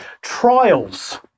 trials